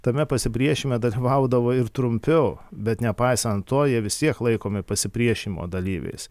tame pasipriešime dalyvaudavo ir trumpiau bet nepaisant to jie vis tiek laikomi pasipriešinimo dalyviais